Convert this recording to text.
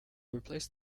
replace